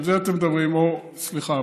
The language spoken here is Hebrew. על זה אתם מדברים או סליחה,